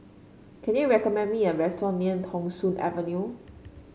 can you recommend me a restaurant near Thong Soon Avenue